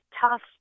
tough